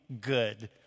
good